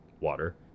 water